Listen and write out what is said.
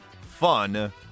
fun